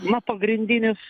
na pagrindinis